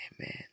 Amen